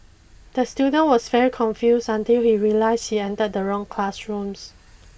the student was very confused until he realised he entered the wrong classroom